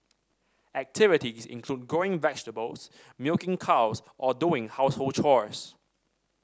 activity is include growing vegetables milking cows or doing household chores